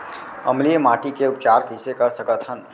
अम्लीय माटी के उपचार कइसे कर सकत हन?